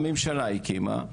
הממשלה הקימה,